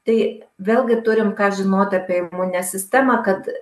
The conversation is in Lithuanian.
tai vėlgi turim ką žinot apie imuninę sistemą kad